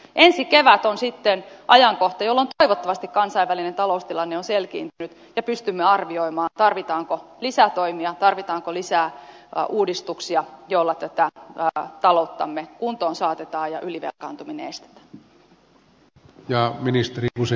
ensi kevät on sitten ajankohta jolloin toivottavasti kansainvälinen taloustilanne on selkiintynyt ja pystymme arvioimaan tarvitaanko lisätoimia tarvitaanko lisää uudistuksia joilla tätä talouttamme kuntoon saatetaan ja ylivelkaantuminen estetään